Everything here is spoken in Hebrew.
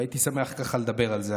והייתי שמח לדבר על זה.